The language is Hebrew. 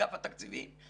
אגף התקציבים,